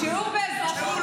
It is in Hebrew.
שיעור באזרחות.